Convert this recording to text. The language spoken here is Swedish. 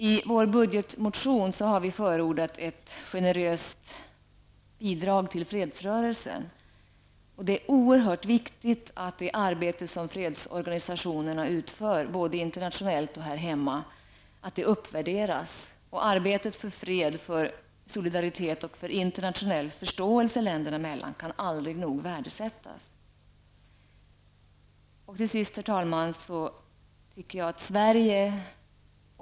I miljöpartiets budgetmotion har vi förordat ett generöst bidrag till fredsrörelsen. Det är oerhört viktigt att det arbete som fredsorganisationerna utför, både internationellt och här hemma, uppvärderas. Arbetet för fred, solidaritet och internationell förståelse länderna emellan kan aldrig nog värdesättas. Herr talman!